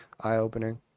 eye-opening